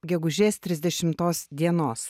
gegužės trisdešimtos dienos